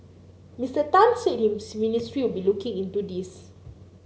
Mister Tan said his ministry will be looking into this